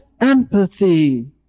empathy